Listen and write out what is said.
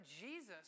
Jesus